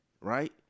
Right